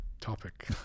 topic